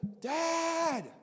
dad